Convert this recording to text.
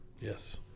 Yes